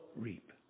reap